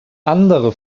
andere